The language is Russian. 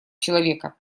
человека